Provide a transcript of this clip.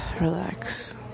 Relax